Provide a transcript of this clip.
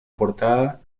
portada